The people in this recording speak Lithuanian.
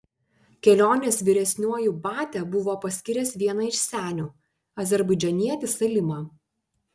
kelionės vyresniuoju batia buvo paskyręs vieną iš senių azerbaidžanietį salimą